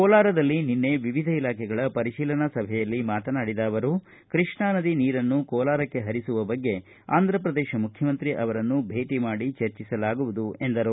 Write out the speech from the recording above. ಕೋಲಾರದಲ್ಲಿ ನಿನ್ನೆ ವಿವಿಧ ಇಲಾಖೆಗಳ ಪರಿಶೀಲನಾ ಸಭೆಯಲ್ಲಿ ಮಾತನಾಡಿದ ಅವರು ಕೃಷ್ಣಾ ನದಿ ನೀರನ್ನು ಕೋಲಾರಕ್ಕೆ ಹರಿಸುವ ಬಗ್ಗೆ ಆಂದ್ರಪ್ರದೇಶ ಮುಖ್ಯಮಂತ್ರಿ ಅವರನ್ನು ಭೇಟ ಮಾಡಿ ಚರ್ಚಿಸಲಾಗುವುದು ಎಂದರು